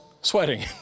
sweating